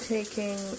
Taking